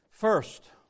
First